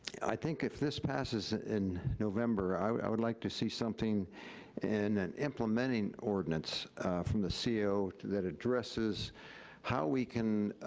i think if this passes in november, i would like to see something in an implementing ordinance from the ceo that addresses how we can,